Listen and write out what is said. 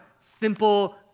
simple